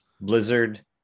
blizzard